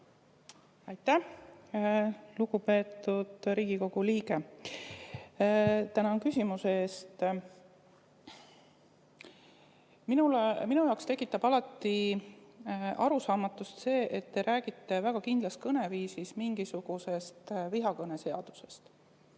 Aitäh! Lugupeetud Riigikogu liige, tänan küsimuse eest! Minu jaoks tekitab alati arusaamatust see, et te räägite väga kindlas kõneviisis mingisugusest vihakõne seadusest.